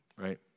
right